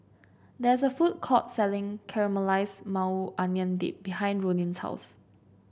there is a food court selling Caramelized Maui Onion Dip behind Ronin's house